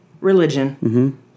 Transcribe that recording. religion